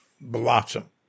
blossom